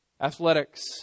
Athletics